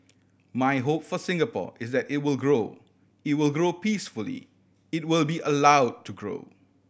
my hope for Singapore is that it will grow it will grow peacefully it will be allow to grow